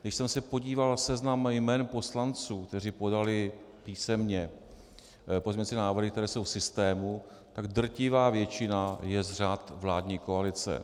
Když jsem se podíval na seznam jmen poslanců, kteří pojali písemně pozměňovací návrhy, které jsou v systému, tak drtivá většina je z řad vládní koalice.